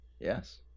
Yes